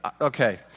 okay